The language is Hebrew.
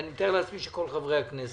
ואני מתאר לעצמי שכל חברי הכנסת,